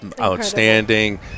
outstanding